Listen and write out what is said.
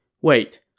Wait